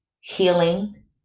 healing